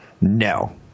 No